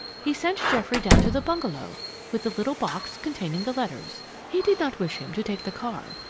he sent geoffrey down to the bungalow with the little box containing the letters. he did not wish him to take the car,